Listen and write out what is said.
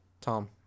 Tom